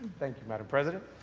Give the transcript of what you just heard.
thank you, madam president.